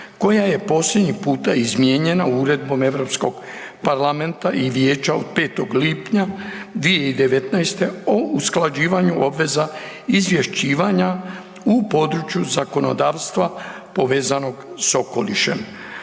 koja je posljednji puta izmijenjena Uredbom EU parlamenta i Vijeća od 5. lipnja 2019. o usklađivanju obveza izvješćivanja u području zakonodavstva povezanog s okolišem.